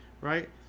Right